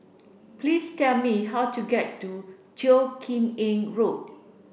please tell me how to get to Teo Kim Eng Road